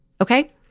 Okay